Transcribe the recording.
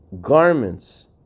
garments